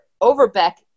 Overbeck